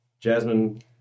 Jasmine